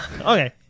Okay